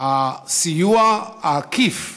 הסיוע העקיף לטרור,